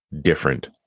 different